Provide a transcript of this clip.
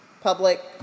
public